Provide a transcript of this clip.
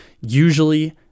Usually